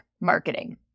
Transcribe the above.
marketing